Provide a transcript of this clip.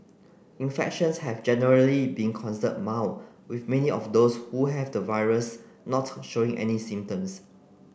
infections have generally been considered mild with many of those who have the virus not showing any symptoms